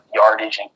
yardage